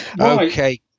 Okay